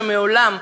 שמעולם,